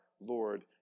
Lord